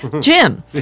Jim